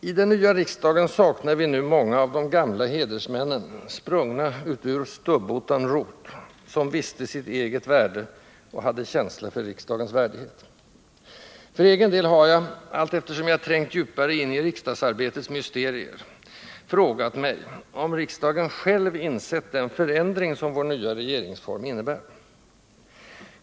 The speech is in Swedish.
I den nya riksdagen saknar vi nu många av de gamla hedersmännen, sprungna ”utur stubbotan rot”, som visste sitt eget värde och hade känsla för riksdagens värdighet. För egen del har jag, allteftersom jag trängt djupare in i riksdagsarbetets mysterier, frågat mig om riksdagen själv insett den förändring som vår nya regeringsform innebär.